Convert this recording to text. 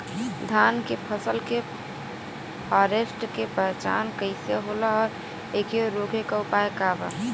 धान के फसल के फारेस्ट के पहचान कइसे होला और एके रोके के उपाय का बा?